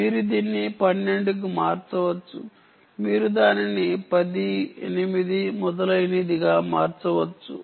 మీరు దీన్ని 12 కి మార్చవచ్చు మీరు దానిని 10 8 మొదలైనది గా మార్చవచ్చు